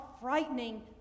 frightening